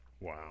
Wow